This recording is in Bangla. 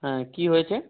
হ্যাঁ কী হয়েছে